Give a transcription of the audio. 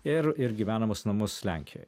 ir ir gyvenamus namus lenkijoj